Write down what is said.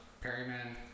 Perryman